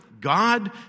God